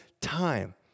time